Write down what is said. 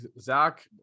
Zach